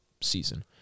season